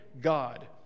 God